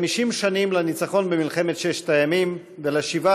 50 שנים לניצחון במלחמת ששת הימים ולשיבה